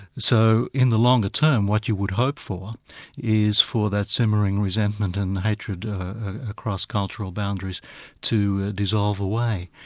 so in the longer term, what you would hope for is for that simmering resentment and the hatred across cultural boundaries to dissolve away,